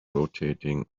rotating